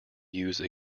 use